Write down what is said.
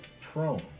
prone